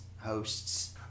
hosts